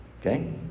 okay